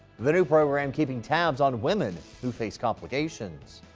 the new program keeping tabs on women face complications.